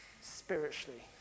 Spiritually